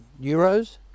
euros